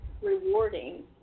rewarding